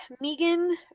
megan